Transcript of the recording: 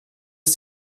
ist